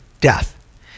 death